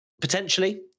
potentially